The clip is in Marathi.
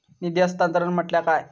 निधी हस्तांतरण म्हटल्या काय?